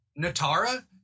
Natara